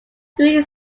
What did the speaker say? grew